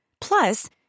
Plus